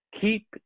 keep